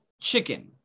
chicken